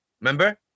Remember